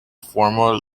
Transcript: former